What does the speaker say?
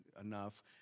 enough